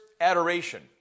adoration